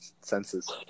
Senses